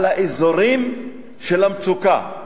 על אזורי המצוקה.